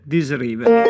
Disriver